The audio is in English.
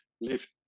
lift